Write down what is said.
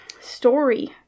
story